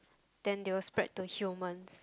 then they will spread to humans